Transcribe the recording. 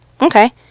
Okay